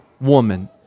woman